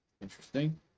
interesting